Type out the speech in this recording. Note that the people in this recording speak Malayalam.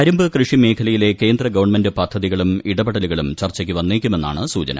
കരിമ്പ് കൃഷി മേഖലയിലെ കേന്ദ്ര ഗവൺമെന്റ് പദ്ധതികളും ഇടപെടലുകളും ചർച്ചയ്ക്ക് വന്നേക്കുമെന്നാണ് സൂചന